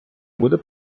буде